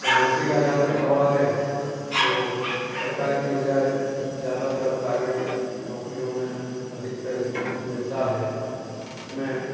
और नौकरी का जहाँ तक सवाल है तो सरकारी के बजाय ज़्यादातर प्राइवेट नौकरियों में अधिकतर रीस्पोन्स मिलता है उसमें